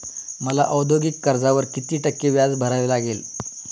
मला औद्योगिक कर्जावर किती टक्के व्याज भरावे लागेल?